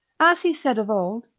as he said of old,